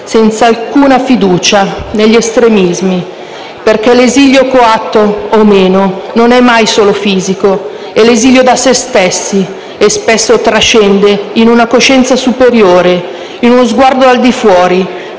Senza alcuna fiducia negli estremismi. Perché l'esilio, coatto o meno, non è mai solo fisico; è esilio da se stessi e spesso trascende in una coscienza superiore, in uno sguardo dal di fuori,